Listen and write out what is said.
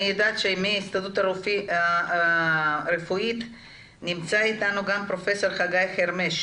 אני יודעת שמההסתדרות הרפואית פרופ' חגי חרמש,